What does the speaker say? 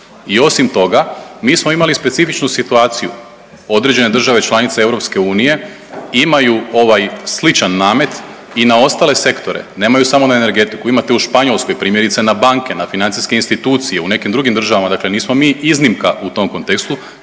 I osim toga mi smo imali specifičnu situaciju, određene države članice EU imaju ovaj sličan namet i na ostale sektore, nemaju samo na energetiku, imate u Španjolskoj primjerice na banke, na financijske institucije u nekim drugim državama, dakle nismo mi iznimka u tom kontekstu.